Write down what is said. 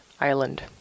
island